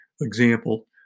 example